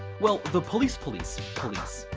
well, the police police police,